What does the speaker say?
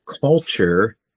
culture